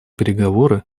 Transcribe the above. переговоры